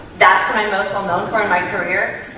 that's what i'm most well-known for in my career?